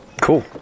Cool